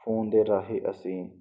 phone ਦੇ ਰਾਹੀਂ ਅਸੀਂ